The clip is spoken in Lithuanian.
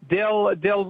dėl dėl